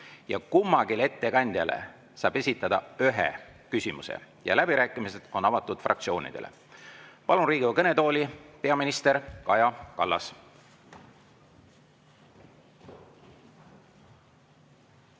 Kummalegi ettekandjale saab esitada ühe küsimuse ja läbirääkimised on avatud fraktsioonidele. Palun Riigikogu kõnetooli, peaminister Kaja Kallas!